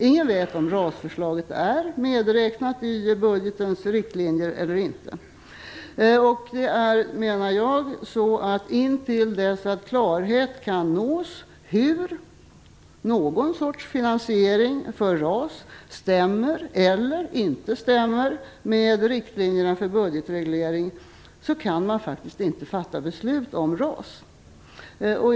Ingen vet heller om RAS-förslaget är medräknat i budgetens riktlinjer eller inte. Jag menar att fram till dess att klarhet kan nås om hur något slags finansiering för RAS stämmer eller inte stämmer med riktlinjerna för budgetreglering kan man faktiskt inte fatta beslut om RAS. Fru talman!